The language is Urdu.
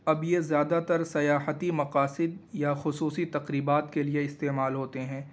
اب یہ زیادہ تر سیاحتی مقاصد یا خصوصی تقریبات کے لیے استعمال ہوتے ہیں